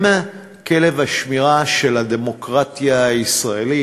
הם כלב השמירה של הדמוקרטיה הישראלית,